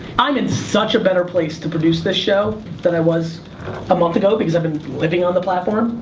i'm in such a better place to produce this show than i was a month ago. because i've been living on the platform.